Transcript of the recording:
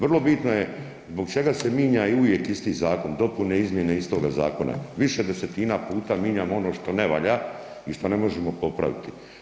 Vrlo bitno je zbog čega se minja i uvijek isti zakon, dopune i izmjene istoga zakona, više desetina puta minjamo ono što ne valja i što ne možemo popraviti?